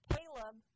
Caleb